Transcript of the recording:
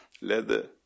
leather